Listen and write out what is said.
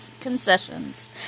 concessions